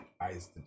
Ice